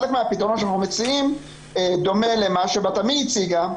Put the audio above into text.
חלק מהפתרון שאנחנו מציעים דומה למה שבת עמי הציגה,